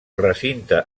recinte